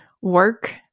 work